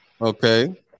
Okay